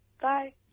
Bye